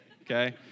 Okay